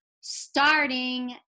starting